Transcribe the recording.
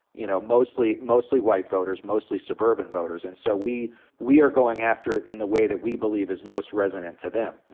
you know, mostly mostly white voters, mostly suburban voters. and so we we are going after it in the way that we believe is most resonant to them. now,